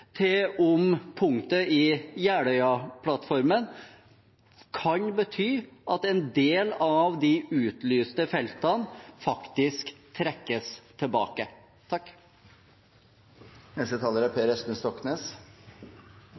om punktet i Jeløya-plattformen kan bety at en del av de utlyste feltene faktisk trekkes tilbake. Miljøpartiet De Grønne er